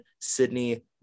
Sydney